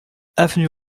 avenue